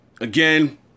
Again